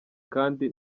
kandi